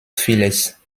vieles